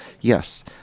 yes